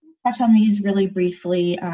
touch um these really briefly,